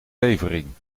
levering